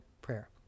prayer